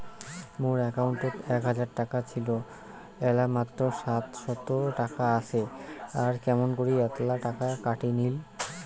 মোর একাউন্টত এক হাজার টাকা ছিল এলা মাত্র সাতশত টাকা আসে আর কেমন করি এতলা টাকা কাটি নিল?